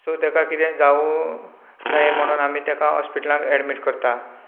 so तेका कितें जावूं न्हये म्हुणून आमी तेका हॉस्पीटलांत एडमिट करतात